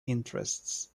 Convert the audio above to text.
interests